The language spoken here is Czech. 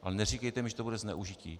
Ale neříkejte mi, že to bude zneužití.